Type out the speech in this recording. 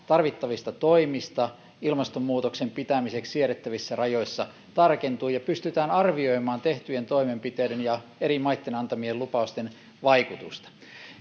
tarvittavista toimista ilmastonmuutoksen pitämiseksi siedettävissä rajoissa tarkentuu ja pystytään arvioimaan tehtyjen toimenpiteiden ja eri maitten antamien lupausten vaikutusta